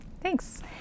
Thanks